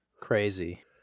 crazy